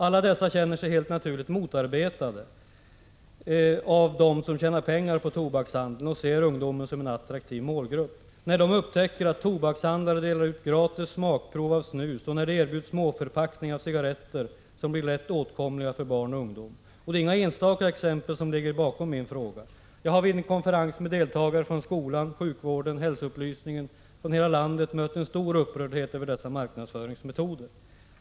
Alla dessa känner sig helt naturligt motarbetade av dem som tjänar pengar på tobakshandeln och ser ungdomen som en attraktiv målgrupp. Tobakshandlare delar ut gratis smakprov av snus, och de erbjuder småförpackningar av cigaretter som blir lätt åtkomliga för barn och ungdom. Och det är inga enstaka exempel som ligger bakom min fråga. Jag har vid en konferens med deltagare från skolan, sjukvården, hälsoupplysningen från hela landet mött en stor upprördhet över dessa marknadsföringsmetoder.